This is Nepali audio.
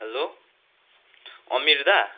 हेलो अमिर दा